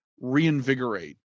reinvigorate